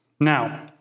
Now